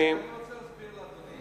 אני רוצה להסביר לאדוני.